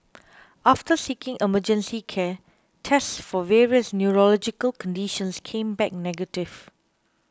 after seeking emergency care tests for various neurological conditions came back negative